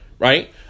right